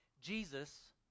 Jesus